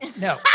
No